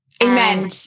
Amen